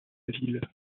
ville